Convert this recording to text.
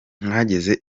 mwageze